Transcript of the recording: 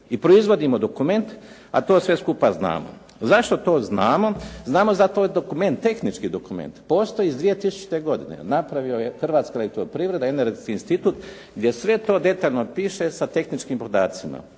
i proizvodimo dokument, a to sve skupa znamo. Zašto to znamo? Znamo zato jer dokument, tehnički dokument postoji iz 2000. godine. Napravio je Hrvatska elektroprivreda, energetski institut gdje sve to detaljno piše sa tehničkim podacima